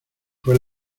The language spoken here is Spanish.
fue